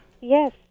Yes